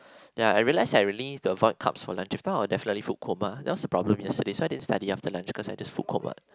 ya I realised I really need to avoid carbs for lunch if I not I'll definitely food coma that was the problem yesterday so I didn't study after lunch cause I just food coma